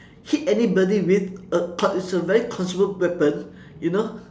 hit anybody with a con~ it's a very consumable weapon you know